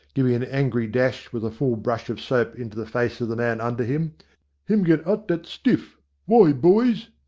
giving an angry dash with a full brush of soap into the face of the man under him him get ut-dat stiff why, boys,